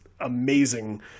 amazing